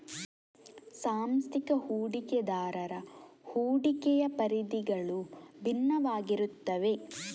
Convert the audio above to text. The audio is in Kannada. ಸಾಂಸ್ಥಿಕ ಹೂಡಿಕೆದಾರರ ಹೂಡಿಕೆಯ ಪರಿಧಿಗಳು ಭಿನ್ನವಾಗಿರುತ್ತವೆ